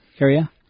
area